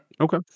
okay